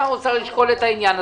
הוא ישקול את העניין.